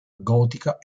gotica